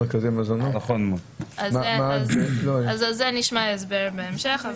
על זה נשמע הסבר בהמשך.